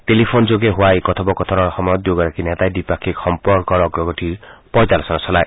টেলিফোনযোগে হোৱা এই কথোপকথনৰ সময়ত দুয়োগৰাকী নেতাই দ্বিপাক্ষিক সম্পৰ্কৰ অগ্ৰগতিৰ পৰ্যালচোনা চলায়